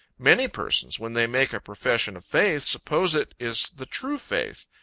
many persons, when they make a profession of faith, suppose it is the true faith,